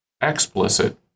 explicit